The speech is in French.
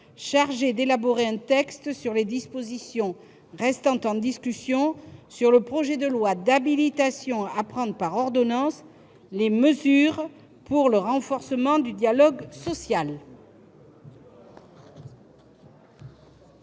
chargée d'élaborer un texte sur les dispositions restant en discussion sur le projet de loi d'habilitation à prendre par ordonnances les mesures pour le renforcement du dialogue social